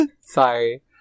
Sorry